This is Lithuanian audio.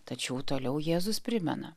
tačiau toliau jėzus primena